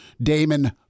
Damon